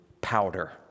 powder